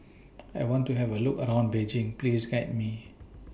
I want to Have A Look around Beijing Please Guide Me